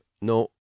NO